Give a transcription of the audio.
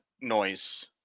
noise